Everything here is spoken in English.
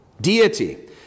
deity